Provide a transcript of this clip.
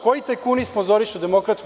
Koji tajkuni sponzorišu DS?